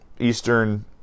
Eastern